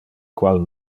qual